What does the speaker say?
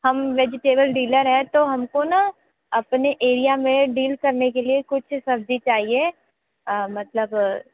हम vegetable dealer है तो हम को ना अपने एरिया में डील करने के लिए कुछ सब्ज़ी चाहिए मतलब